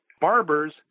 barbers